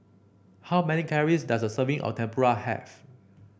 how many calories does a serving of Tempura have